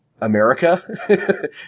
America